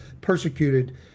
persecuted